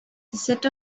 set